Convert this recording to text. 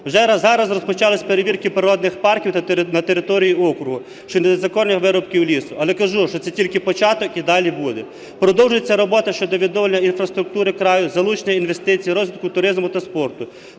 Вже зараз розпочалися перевірки природних парків на території округу щодо незаконних вирубок лісу. Але кажу, що це тільки початок, і далі буде. Продовжується робота щодо відновлення інфраструктури краю, залучення інвестицій, розвитку туризму та спорту.